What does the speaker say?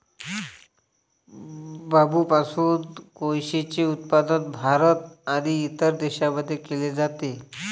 बांबूपासून कोळसेचे उत्पादन भारत आणि इतर देशांमध्ये केले जाते